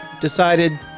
decided